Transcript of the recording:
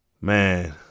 man